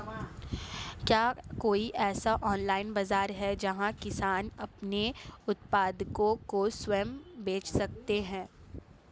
क्या कोई ऐसा ऑनलाइन बाज़ार है जहाँ किसान अपने उत्पादकों को स्वयं बेच सकते हों?